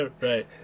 right